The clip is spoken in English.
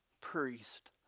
priest